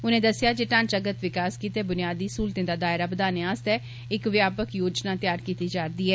उनें दस्सेया जे ढ़ांचागत विकास गित्तै बुनियादी सहूलतें दा दायरा बधाने आस्तै इक व्यापक योजना तैयार कीत्ती जा'र दी ऐ